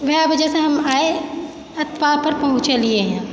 वएह वजहसँ हम आइ एतबा पर पहुँचलियै हँ